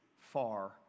far